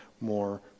more